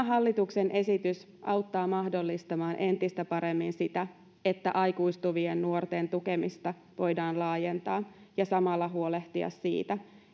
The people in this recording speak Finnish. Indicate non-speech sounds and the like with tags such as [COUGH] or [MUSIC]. [UNINTELLIGIBLE] hallituksen esitys auttaa mahdollistamaan entistä paremmin sitä että aikuistuvien nuorten tukemista voidaan laajentaa ja samalla huolehtia siitä